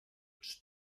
bridge